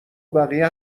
بقیه